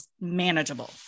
manageable